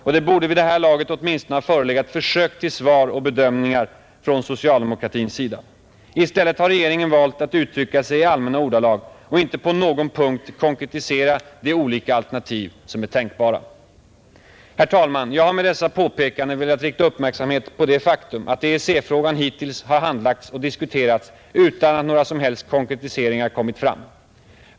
Och det borde vid det här laget åtminstone ha förelegat försök till svar och bedömningar från socialdemokratins sida. I stället har regeringen valt att uttrycka sig i allmänna ordalag och inte på någon punkt konkretisera de olika alternativ som är tänkbara. Herr talman! Jag har med dessa påpekanden velat rikta uppmärksamhet på det faktum att EEC-frågan hittills har handlagts och diskuterats utan att några som helst konkretiseringar kommit fram.